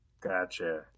Gotcha